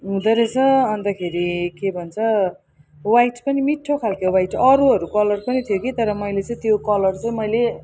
हुँदो रहेछ अन्तखेरि के भन्छ व्हाइट पनि मिठो खालको व्हाइट अरूहरू कलर पनि थियो कि तर मैले चाहिँ त्यो कलर चाहिँ मैले